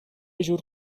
جور